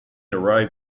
arrive